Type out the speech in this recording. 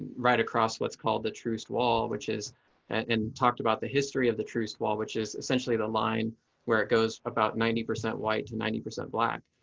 right across what's called the truce wall, which is and talked about the history of the truce wall, which is essentially the line where it goes about ninety percent white, ninety percent black,